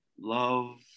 love